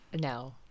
No